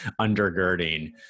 undergirding